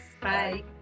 Bye